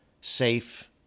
safe